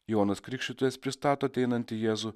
jonas krikštytojas pristato ateinantį jėzų